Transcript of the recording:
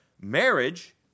marriage